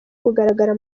kugaragara